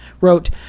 wrote